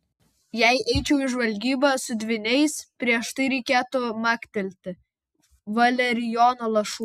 jei eičiau į žvalgybą su dvyniais prieš tai reikėtų maktelti valerijono lašų